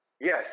yes